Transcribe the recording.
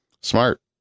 Smart